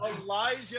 Elijah